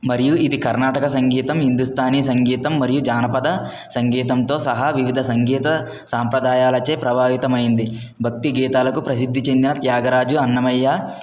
మరియు ఇది కర్ణాటక సంగీతం హిందుస్థాని సంగీతం మరియు జానపద సంగీతంతో సహా వివిధ సంగీత సాంప్రదాయాలచే ప్రభావితం అయ్యింది భక్తి గీతాలకు ప్రసిద్ధి చెందిన త్యాగరాజు అన్నమయ్య